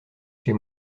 chez